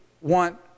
want